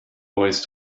boys